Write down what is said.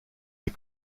des